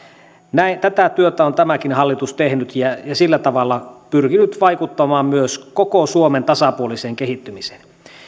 tätä työtä on tämäkin hallitus tehnyt ja sillä tavalla pyrkinyt vaikuttamaan myös koko suomen tasapuoliseen kehittymiseen